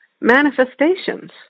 manifestations